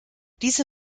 diese